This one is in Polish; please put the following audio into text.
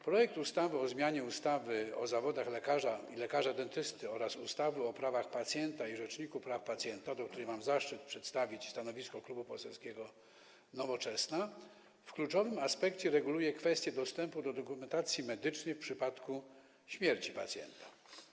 Projekt ustawy o zmianie ustawy o zawodach lekarza i lekarza dentysty oraz ustawy o prawach pacjenta i Rzeczniku Praw Pacjenta, co do której mam zaszczyt przedstawić stanowisko Klubu Poselskiego Nowoczesna, w kluczowym aspekcie reguluje kwestię dostępu do dokumentacji medycznej w przypadku śmierci pacjenta.